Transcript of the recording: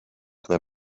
ble